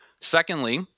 Secondly